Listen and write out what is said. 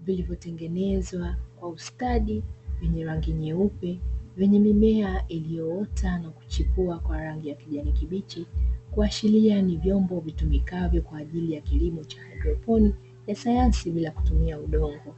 vilivyotengenezwa kwa ustadi vya rangi nyeupe vyenye mimea iliyoota na kuchipua kwa rangi ya kijani kibichi, kuashiria ni vyombo vitumikavyo kwaajili ya kilimo cha haidroponi ya sayansi bila kutumia udongo.